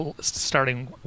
starting